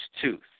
Tooth